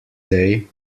day